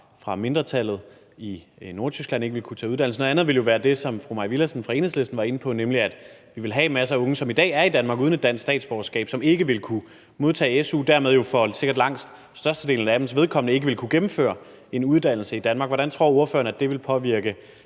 fra mindretallet i Nordtyskland ikke kunne tage en uddannelse her. En anden ville være det, som fru Mai Villadsen fra Enhedslisten var inde på, nemlig at vi ville have masser af unge, som i dag er i Danmark uden et dansk statsborgerskab, som ikke ville kunne modtage su og dermed for langt størstedelens vedkommende ikke ville kunne gennemføre en uddannelse i Danmark. Hvordan tror ordføreren at det ville påvirke